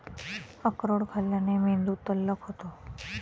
अक्रोड खाल्ल्याने मेंदू तल्लख होतो